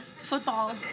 Football